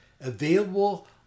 available